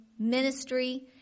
Ministry